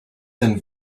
denn